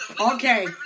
Okay